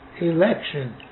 election